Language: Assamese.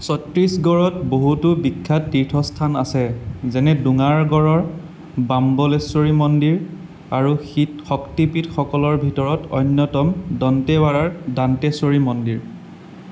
ছত্তীশগড়ত বহুতো বিখ্যাত তীৰ্থস্থান আছে যেনে দোঙাৰগড়ৰ বাম্বলেশ্বৰী মন্দিৰ আৰু শক্তিপীঠসকলৰ ভিতৰত অন্যতম দন্তেৱাড়াৰ দান্তেশ্বৰী মন্দিৰ